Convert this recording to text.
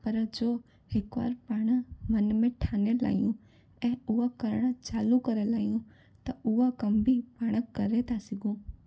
पर जो हिकु वार पाण मन में ठाने लाहियूं ऐं उहा करणु चालू करियलु आहियूं त उहा कम बि पाण करे था सघूं